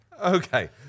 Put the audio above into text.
okay